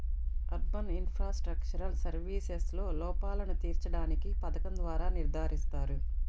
urban infrastructural సర్వీసెస్లో లోపాలను తీర్చడానికి పథకం ద్వారా నిర్ధారిస్తారు